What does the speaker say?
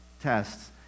tests